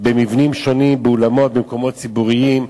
במבנים שונים, באולמות, במקומות ציבוריים,